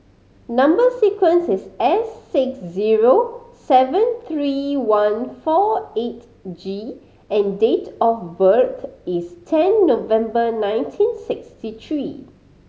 number sequence is S six zero seven three one four eight G and date of birth is ten November nineteen sixty three